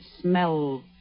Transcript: smell